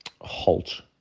halt